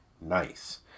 nice